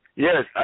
Yes